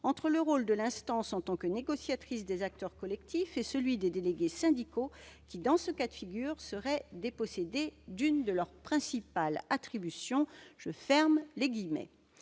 entre le rôle de l'instance en tant que négociatrice des accords collectifs et celui des délégués syndicaux qui, dans ce cas de figure, seraient dépossédés d'une de leurs principales attributions. » Madame la ministre,